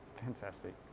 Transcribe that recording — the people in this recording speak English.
fantastic